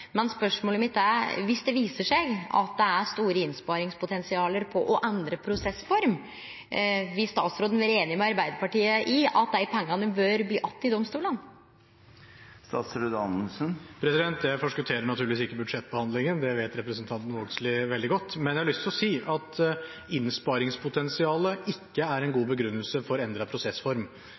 Men spørsmålet mitt er: Viss det viser seg at det er store innsparingspotensial på å endre prosessform, vil statsråden vere einig med Arbeidarpartiet i at dei pengane bør bli att i domstolane? Jeg forskutterer naturligvis ikke budsjettbehandlingen, det vet representanten Vågslid veldig godt. Men jeg har lyst til å si at innsparingspotensialet ikke er en god begrunnelse for å endre prosessform.